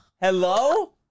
Hello